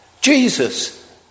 Jesus